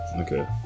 Okay